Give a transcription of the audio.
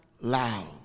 loud